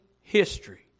history